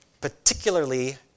Particularly